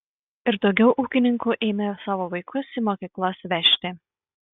ir daugiau ūkininkų ėmė savo vaikus į mokyklas vežti